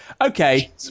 Okay